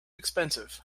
expensive